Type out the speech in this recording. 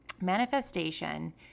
Manifestation